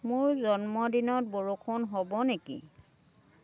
মোৰ জন্মদিনত বৰষুণ হ'ব নেকি